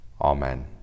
Amen